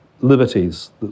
liberties